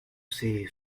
ces